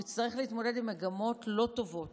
הוא יצטרך להתמודד עם מגמות לא טובות